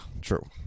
true